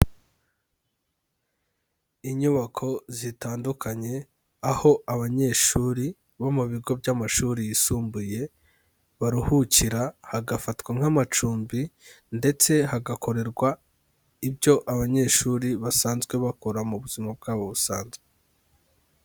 Inyubako zitandukanye, aho abanyeshuri bo mu bigo by'amashuri yisumbuye, baruhukira hagafatwa nk'amacumbi ndetse hagakorerwa ibyo abanyeshuri basanzwe bakora mu buzima bwabo busanzwe.